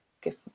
give